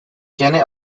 keene